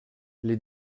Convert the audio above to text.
les